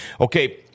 Okay